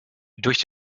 durch